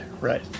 Right